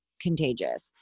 contagious